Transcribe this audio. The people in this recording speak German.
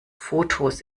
fotos